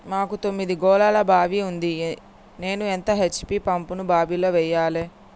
మాకు తొమ్మిది గోళాల బావి ఉంది నేను ఎంత హెచ్.పి పంపును బావిలో వెయ్యాలే?